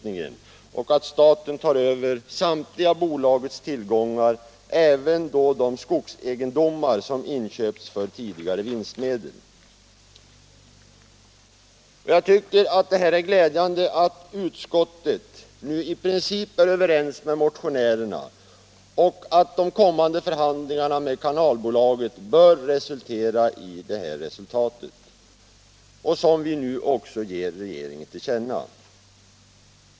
9” även de skogsegendomar som inköpts för tidigare vinstmedel. Jag tycker det är glädjande att utskottet i princip är överens med motionärerna. De kommande förhandlingarna med kanalbolaget bör leda till detta resultat, vilket vi också ger regeringen till känna.